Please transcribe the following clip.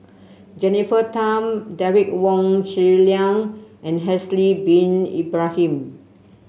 Jennifer Tham Derek Wong Zi Liang and Haslir Bin Ibrahim